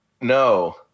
No